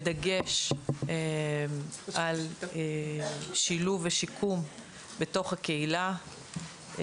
בדגש על שילוב ושיקום בתוך הקהילה,